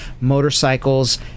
Motorcycles